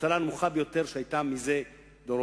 האבטלה הנמוכה ביותר שהיתה זה דורות,